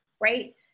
Right